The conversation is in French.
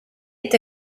est